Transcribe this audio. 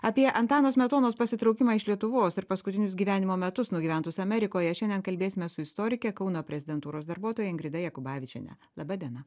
apie antano smetonos pasitraukimą iš lietuvos ir paskutinius gyvenimo metus nugyventus amerikoje šiandien kalbėsime su istorike kauno prezidentūros darbuotoja ingrida jakubavičiene laba diena